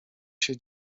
się